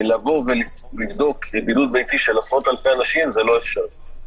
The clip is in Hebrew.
לבוא ולבדוק בידוד ביתי של עשרות אלפי אנשים זה לא אפשרי.